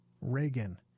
Reagan